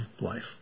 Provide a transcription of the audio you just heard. life